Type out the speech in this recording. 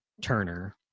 Turner